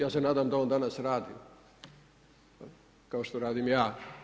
Ja se nadam da on danas radi kao što radim ja.